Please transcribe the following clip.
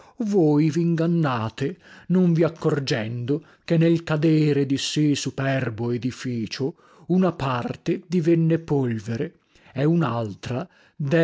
risuscitare voi vingannate non vi accorgendo che nel cadere di sì superbo edificio una parte divenne polvere e unaltra